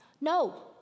No